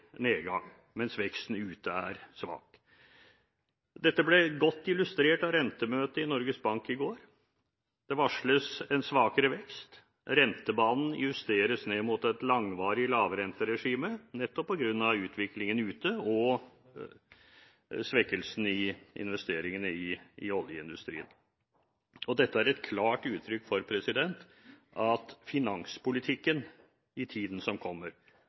nedgang, mens veksten ute er svak. Dette ble godt illustrert på rentemøtet i Norges Bank i går. Det varsles en svakere vekst. Rentebanen justeres ned mot et langvarig lavrenteregime, nettopp på grunn av utviklingen ute og svekkelsen i investeringene i oljeindustrien. Dette er et klart uttrykk for at finanspolitikken i tiden som kommer,